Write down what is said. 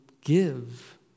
give